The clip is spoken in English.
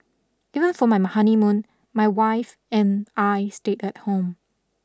even for my honeymoon my wife and I stayed at home